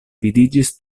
vidiĝis